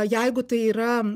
jeigu tai yra